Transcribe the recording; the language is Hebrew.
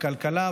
בכלכלה,